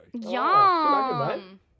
Yum